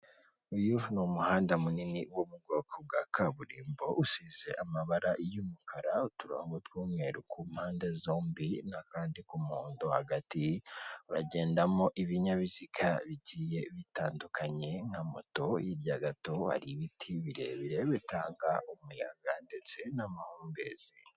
Uyu ni umuhanda munini wo mu bwoko bwa kaburimbo usize amabara y'umukara uturongo tw'umweru mu mpande zombi n'akandi k'umuhondo hagati, uragendamo ibinyabiziga bigiye bitandukanye nka moto hirya gato hari ibiti birebire bitanga umuyaga ndetse n'amahumbezi.